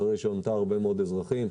אחרי שהונתה הרבה מאוד אזרחים,